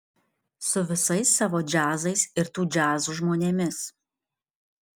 su visais savo džiazais ir tų džiazų žmonėmis